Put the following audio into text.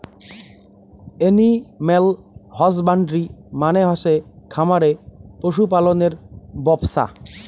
animal husbandry মানে হসে খামারে পশু পালনের ব্যপছা